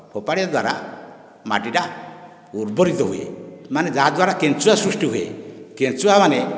ଫୋପାଡ଼ିବା ଦ୍ଵାରା ମାଟି ଟା ଉର୍ବରିତ ହୁଏ ମାନେ ଯାହା ଦ୍ଵାରା କେଞ୍ଚୁଆ ସୃଷ୍ଟି ହୁଏ କେଞ୍ଚୁଆ ମାନେ